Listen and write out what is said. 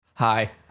Hi